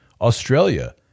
Australia